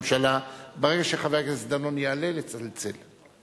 ברגע שחבר הכנסת דנון יעלה, לצלצל.